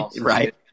Right